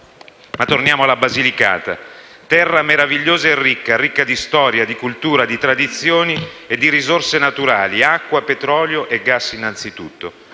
Ma torniamo alla Basilicata, terra meravigliosa e ricca di storia, di cultura, di tradizioni e di risorse naturali: acqua, petrolio e gas innanzitutto.